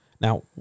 Now